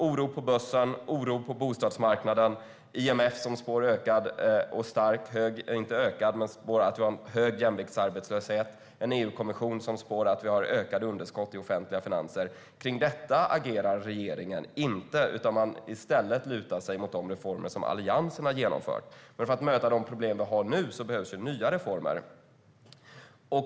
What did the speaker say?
Det är oro på börsen, och det är oro på bostadsmarknaden. IMF spår en hög jämviktsarbetslöshet, och EU-kommissionen spår ökade underskott i offentliga finanser. Kring detta agerar regeringen inte, utan i stället lutar man sig mot de reformer som Alliansen har genomfört. Men för att möta de problem vi har nu behövs ju nya reformer.